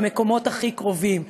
במקומות הכי קרובים.